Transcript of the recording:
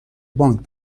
بانک